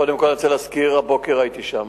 קודם כול אני רוצה להזכיר שהבוקר הייתי שם.